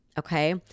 Okay